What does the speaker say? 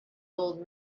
old